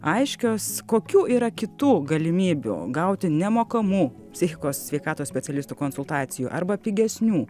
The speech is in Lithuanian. aiškios kokių yra kitų galimybių gauti nemokamų psichikos sveikatos specialistų konsultacijų arba pigesnių